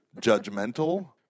judgmental